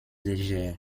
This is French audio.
légère